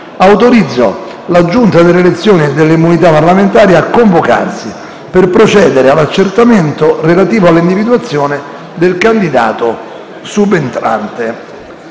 Autorizzo la Giunta delle elezioni e delle immunità parlamentari a convocarsi per procedere all'accertamento relativo all'individuazione del candidato subentrante.